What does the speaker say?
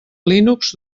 linux